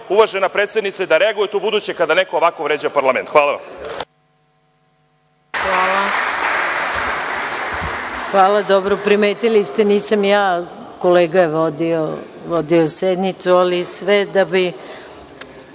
uvažena predsednice da reagujete ubuduće kada neko ovako vređa parlament. Hvala. **Maja Gojković** Hvala. Dobro, primetili ste, nisam ja kolega je vodio sednicu, ali sve da bi